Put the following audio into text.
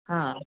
हा